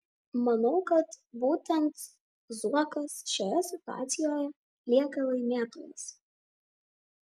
manau kad būtent zuokas šioje situacijoje lieka laimėtojas